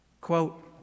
Quote